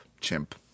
Chimp